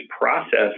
process